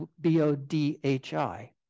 B-O-D-H-I